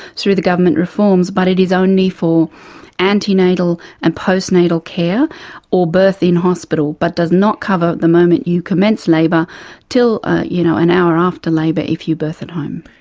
through the government reforms, but it is only for antenatal and post-natal care or birth in hospital, but does not cover the moment you commence labour till ah you know an hour after labour if you birth at home.